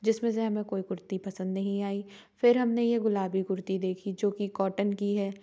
जिसमें से हमें कोई कुर्ती पसंद नहीं आई फिर हमने ये गुलाबी कुर्ती देखी जो कि कॉटन की है